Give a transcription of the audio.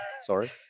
Sorry